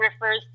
refers